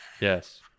Yes